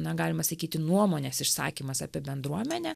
na galima sakyti nuomonės išsakymas apie bendruomenę